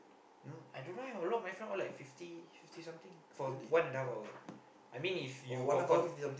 no I don't know eh a lot of my friend all like fifty fifty something for one and half hour I mean if you got con~